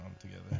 together